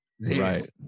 Right